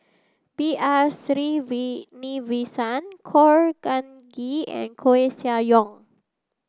B R Khor Ean Ghee and Koeh Sia Yong